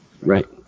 right